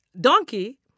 Donkey